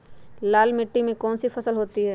लाल मिट्टी में कौन सी फसल होती हैं?